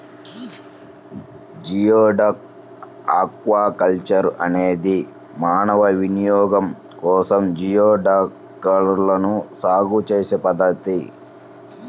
geoduck aquaculture అనేది మానవ వినియోగం కోసం జియోడక్లను సాగు చేసే పద్ధతి